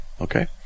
Okay